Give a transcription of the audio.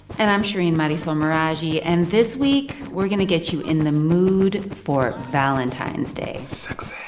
and i'm shereen marisol meraji. and this week, we're going to get you in the mood for valentine's day. sexy.